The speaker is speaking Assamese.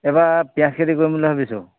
এবাৰ পিয়াঁজ খেতি কৰিম বুলি ভাবিছোঁ